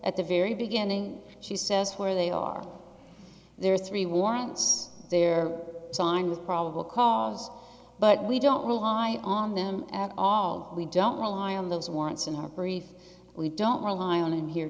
at the very beginning she says where they are there are three warrants there are signed with probable cause but we don't rely on them at all we don't rely on those warrants in our brief we don't rely on in here